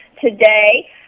today